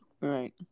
right